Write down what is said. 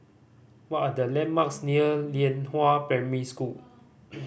what are the landmarks near Lianhua Primary School